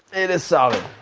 it is solid.